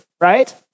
right